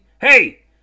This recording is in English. hey